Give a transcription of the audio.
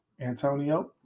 Antonio